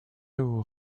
aux